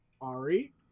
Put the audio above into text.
Ari